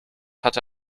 hatte